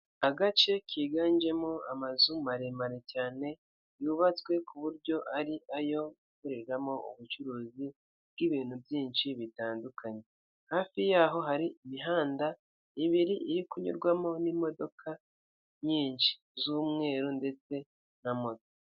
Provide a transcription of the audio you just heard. Urubuga rwo kuri murandasi rutangirwaho amakuru y'akazi ya leta, birerekana uburyo wakinjira ukoresheje imayili yawe ndetse na nimero ya telefone yawe ndetse ukaza no gukoresha ijambo banga.